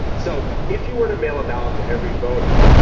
so if you were to mail a ballot to every voter,